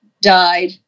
died